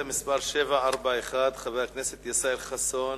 שאילתא מס' 741, של חבר הכנסת ישראל חסון,